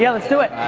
yeah let's do it.